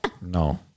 No